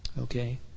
Okay